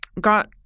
got